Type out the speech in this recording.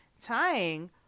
tying